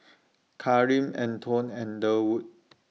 Karim Antone and Durwood